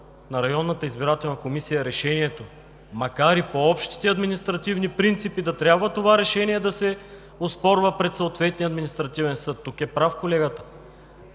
на Районната избирателна комисия е решението, макар и по общите административни принципи да трябва това решение да се оспорва пред съответния административен съд – тук е прав колегата,